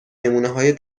نمونههای